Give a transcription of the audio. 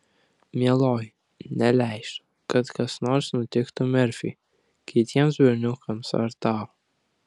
mieloji neleisiu kad kas nors nutiktų merfiui kitiems berniukams ar tau